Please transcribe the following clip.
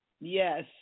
yes